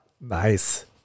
Nice